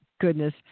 goodness